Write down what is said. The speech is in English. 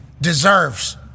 deserves